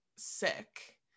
sick